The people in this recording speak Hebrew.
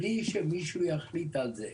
בלי שמישהו יחליט עליה.